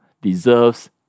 deserves